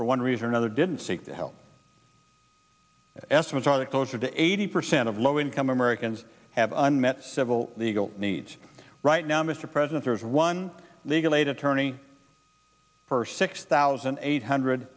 for one reason or another didn't seek the help estimates are that closer to eighty percent of low income americans haven't met several legal needs right now mr president there is one legal aid attorney for six thousand eight hundred